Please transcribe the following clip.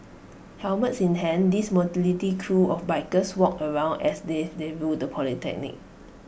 helmets in hands these motley crew of bikers walked around as if they ruled the polytechnic